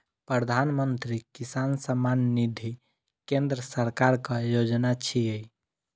प्रधानमंत्री किसान सम्मान निधि केंद्र सरकारक योजना छियै